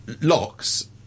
locks